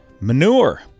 manure